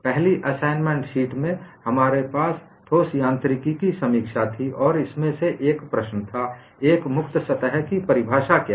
पहली assignment sheet में हमारे पास ठोस यांत्रिकी की समीक्षा थी और इसमें से एक प्रश्न था एक मुक्त सतह की परिभाषा क्या है